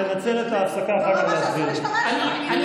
אתה ניהלת שיחה ערה, אתה